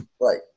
Right